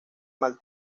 mal